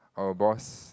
our boss